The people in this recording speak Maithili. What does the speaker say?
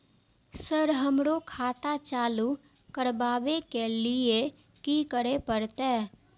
सर हमरो खाता चालू करबाबे के ली ये की करें परते?